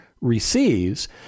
receives